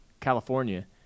California